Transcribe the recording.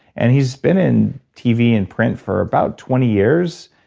and he's been in tv and print for about twenty years.